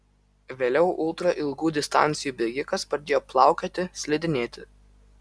vėliau ultra ilgų distancijų bėgikas pradėjo plaukioti slidinėti